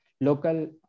local